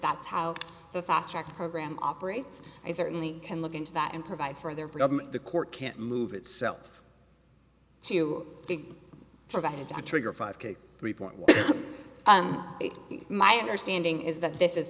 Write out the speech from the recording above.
that's how the fast track program operates i certainly can look into that and provide for their government the court can't move itself too big provided a trigger five report my understanding is that this is